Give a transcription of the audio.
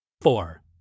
Four